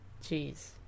jeez